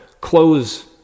close